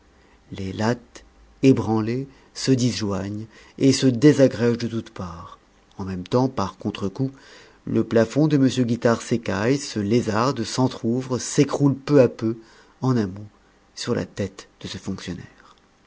les lattes ébranlées se disjoignent et se désagrègent de toutes parts en même temps par contrecoup le plafond de m guitare s'écaille se lézarde s'entrouvre s'écroule peu à peu en un mot sur la tête de ce fonctionnaire